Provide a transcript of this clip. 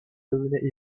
devenaient